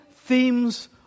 Themes